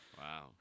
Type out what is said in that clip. Wow